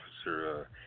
officer